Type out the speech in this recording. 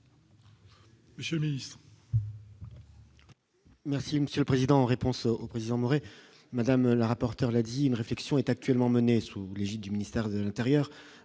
Monsieur le Ministre.